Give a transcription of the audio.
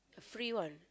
a free one